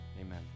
Amen